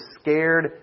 scared